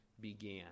began